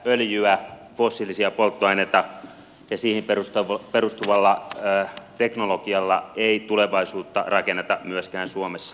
öljyllä fossiilisilla polttoaineilla ja siihen perustuvalla teknologialla ei tulevaisuutta rakenneta myöskään suomessa